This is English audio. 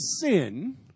sin